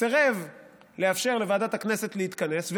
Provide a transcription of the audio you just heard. סירב לוועדת הכנסת להתכנס,